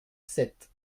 sept